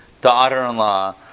daughter-in-law